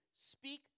speak